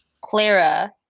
Clara